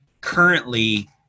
Currently